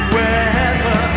Wherever